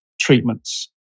treatments